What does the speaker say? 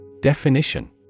Definition